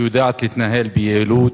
שיודעת להתנהל ביעילות,